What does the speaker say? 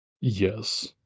Yes